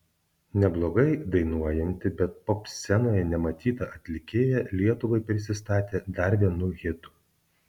neblogai dainuojanti bet popscenoje nematyta atlikėja lietuvai prisistatė dar vienu hitu